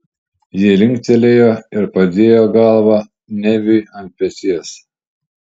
ji linktelėjo ir padėjo galvą neviui ant peties